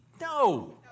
No